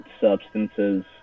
substances